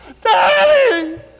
Daddy